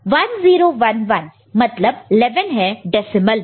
1 0 1 1 मतलब 11 है डेसिमल में